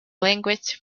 language